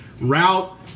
route